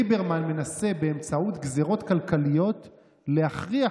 ליברמן מנסה באמצעות גזרות כלכליות להכריח